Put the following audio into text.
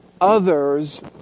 others